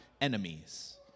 enemies